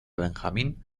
benjamín